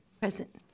Present